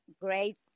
great